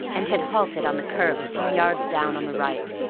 and had halted on the curb a few yards down on the right.